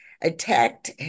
attacked